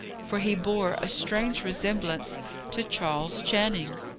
for he bore a strange resemblance to charles channing.